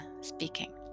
speaking